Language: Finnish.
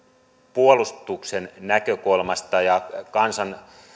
puolustuksen näkökulmasta ja kansan